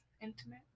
intimate